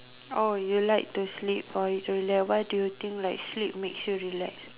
oh you like to sleep why do you think like sleep makes you relaxed